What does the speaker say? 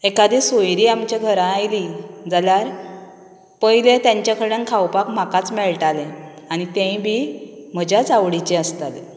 एखादे सोयरी आमच्या घरां आयली जाल्यार पयलें तेंच्या कडल्यान खावपाक म्हाकाच मेळटाले आनी तेय बी म्हज्याच आवडीचे आसताले